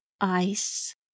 ice